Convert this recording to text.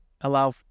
allow